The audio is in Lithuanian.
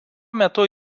metu